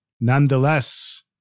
nonetheless